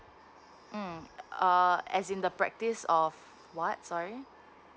hmm uh as in the practice of what sorry